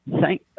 thank